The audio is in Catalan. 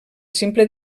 simple